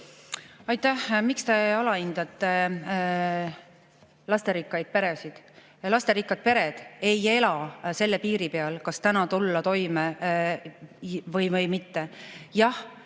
Aitäh! Miks te alahindate lasterikkaid peresid? Lasterikkad pered ei ela selle piiri peal, kas täna tulla toime või mitte.